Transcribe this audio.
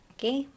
Okay